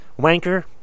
Wanker